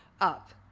up